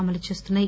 అమలు చేస్తున్నాయి